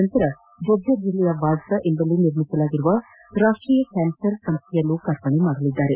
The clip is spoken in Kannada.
ನಂತರ ಜಜ್ಜರ್ ಜಿಲ್ಲೆಯ ಬಾಡ್ಲಾ ಎಂಬಲ್ಲಿ ನಿರ್ಮಿಸಲಾಗಿರುವ ರಾಷ್ಷೀಯ ಕ್ಯಾನ್ಸರ್ ಸಂಸ್ವೆಯ ಲೋಕಾರ್ಪಣೆ ಮಾಡಲಿದ್ದಾರೆ